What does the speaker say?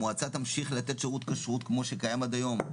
המועצה תמשיך לתת שרות כשרות כמו שקיים עד היום.